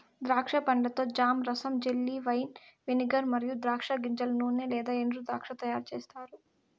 ద్రాక్ష పండ్లతో జామ్, రసం, జెల్లీ, వైన్, వెనిగర్ మరియు ద్రాక్ష గింజల నూనె లేదా ఎండుద్రాక్ష తయారుచేస్తారు